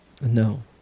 No